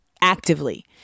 actively